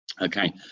Okay